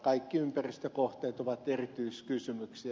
kaikki ympäristökohteet ovat erityiskysymyksiä